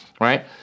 right